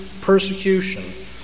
persecution